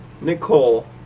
Nicole